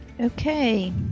okay